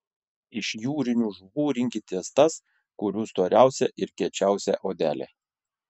iš jūrinių žuvų rinkitės tas kurių storiausia ir kiečiausia odelė